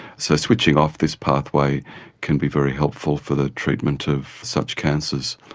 so switching off this pathway can be very helpful for the treatment of such cancers.